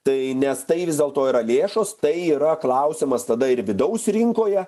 tai nes tai vis dėlto yra lėšos tai yra klausimas tada ir vidaus rinkoje